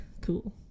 cool